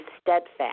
steadfast